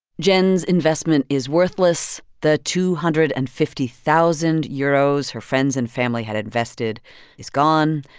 jen's investment is worthless. the two hundred and fifty thousand euros her friends and family had invested is gone.